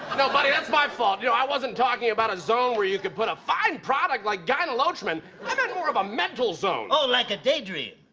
no. buddy, that's my fault. you know, i wasn't talking about a zone where you can put a fine product like gyne-lotrimin. i meant more of a mental zone. oh, like a daydream.